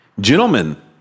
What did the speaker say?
gentlemen